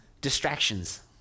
distractions